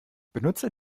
benutzer